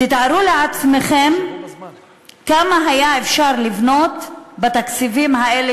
תתארו לעצמכם כמה היה אפשר לבנות בתקציבים האלה,